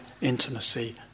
intimacy